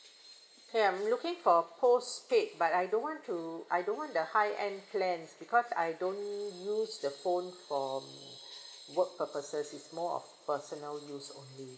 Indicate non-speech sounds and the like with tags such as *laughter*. okay I'm looking for postpaid but I don't want to I don't want the high end plans because I don't use the phone from *breath* work purposes it's more of personal use only